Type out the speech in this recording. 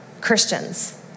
Christians